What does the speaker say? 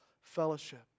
fellowship